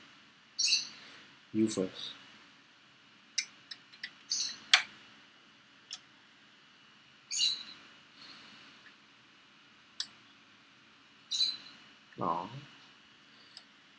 you first orh